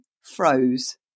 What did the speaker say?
froze